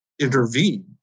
intervene